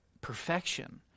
perfection